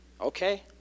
okay